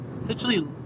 essentially